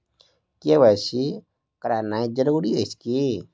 KYC करानाइ जरूरी अछि की?